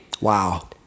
Wow